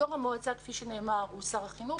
יושב ראש המועצה הוא שר החינוך.